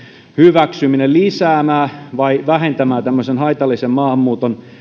hyväksyminen lisäämään vai vähentämään haitallisen maahanmuuton